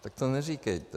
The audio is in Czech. Tak to neříkejte.